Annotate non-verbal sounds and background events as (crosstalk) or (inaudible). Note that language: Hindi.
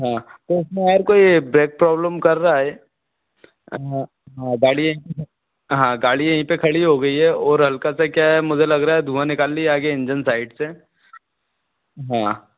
हाँ तो उसमें और कोई ब्रेक प्रोब्लम कर रहा है हाँ हाँ गाड़ी है (unintelligible) हाँ गाड़ी यही पर खड़ी हो गई है ओर हल्का सा क्या है मुझे लग रहा है धुआँ निकाल रही है आगे इंजन सैड से हाँ